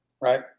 right